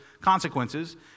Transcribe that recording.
consequences